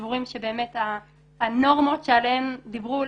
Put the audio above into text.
סבורים שהנורמות שעליהן דיברו,